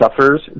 suffers